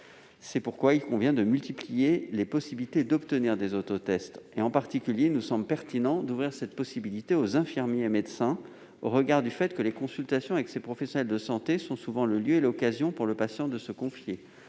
C'est pourquoi il convient de multiplier les possibilités d'obtenir des autotests. En particulier, il nous semble pertinent d'ouvrir cette possibilité aux infirmiers et médecins, les consultations avec ces professionnels de santé offrant souvent au patient l'occasion de se confier.